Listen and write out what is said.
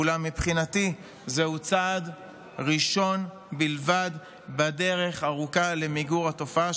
אולם מבחינתי זהו צעד ראשון בלבד בדרך הארוכה למיגור התופעה,